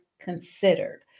considered